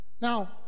Now